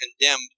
condemned